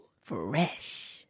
fresh